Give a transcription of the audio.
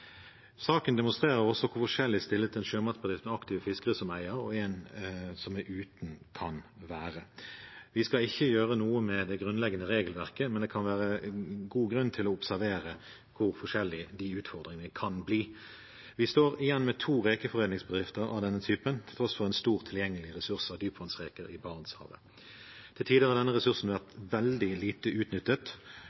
Saken demonstrerer også hvor forskjellig stilt en sjømatbedrift med aktive fiskere som eiere og en som er uten, kan være. Vi skal ikke gjøre noe med det grunnleggende regelverket, men det kan være god grunn til å observere hvor forskjellig de utfordringene kan bli. Vi står igjen med to rekeforedlingsbedrifter av denne typen, til tross for en stor tilgjengelig ressurs av dypvannsreker i Barentshavet. Til tider har denne ressursen vært